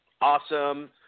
awesome